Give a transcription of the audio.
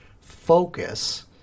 focus